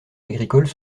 agricoles